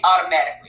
automatically